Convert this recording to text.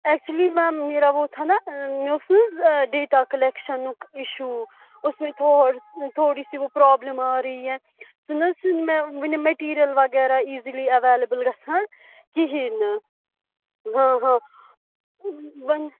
actually ma'am میرا وہ تھا نا مےٚ اوس نہِ حِظ ڈیٹا کلیکشنُک اِشوٗ اُس میں تھوڑی تھوڑی سی وہ پرٛابلِم ارہی ہیں سُہ نہٕ حَظ چھُ نہِ مےٚ وٕنہِ مٹیٖریل وغیراہ ایٖزِلی ایویلیبٕل گژھان کِہیٖنۍ ہاں ہاں وۄنۍ